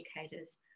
educators